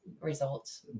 results